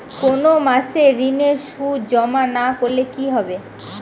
কোনো মাসে ঋণের সুদ জমা না করলে কি হবে?